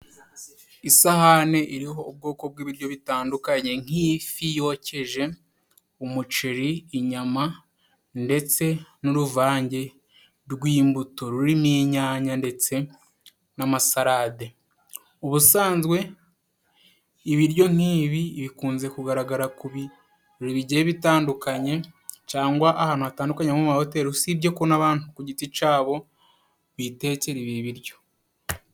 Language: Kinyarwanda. Isahane iriho ubwoko bw'ibiryo bitandukanye nk'ifi yokeje, umuceri, inyama ndetse n'uruvange rw'imbuto rurimo inyanya ndetse n'amasarade. Ubusanzwe ibiryo nk'ibi bikunze kugaragara ku birori bigiye bitandukanye cangwa ahantu hatandukanye nko mu mahoteri, usibye ko n'abantu ku giti cabo bitekera ibi biryo.